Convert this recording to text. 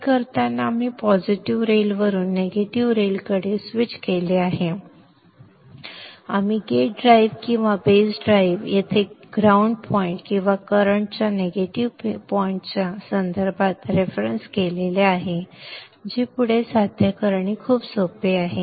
हे करताना आपण पॉझिटिव्ह रेलवरून निगेटिव्ह रेलकडे स्विच केले आहे आपण गेट ड्राइव्ह किंवा बेस ड्राइव्ह येथे ग्राउंड पॉइंट किंवा करंट च्या निगेटिव्ह बिंदूच्या संदर्भात रेफरन्स केले आहे जे पुढे साध्य करणे खूप सोपे आहे